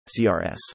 CRS